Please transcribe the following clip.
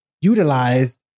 utilized